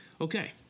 okay